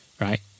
right